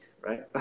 right